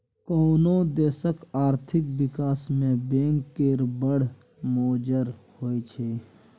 कोनो देशक आर्थिक बिकास मे बैंक केर बड़ मोजर होइ छै